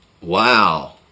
Wow